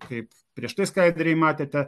kaip prieš tai skaidrėj matėte